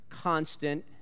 constant